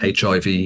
HIV